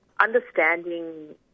understanding